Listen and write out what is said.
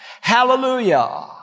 hallelujah